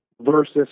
versus